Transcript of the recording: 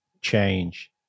change